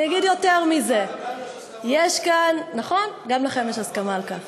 אני אגיד יותר מזה, סליחה, גם לנו יש הסכמה על כך.